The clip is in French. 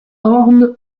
orne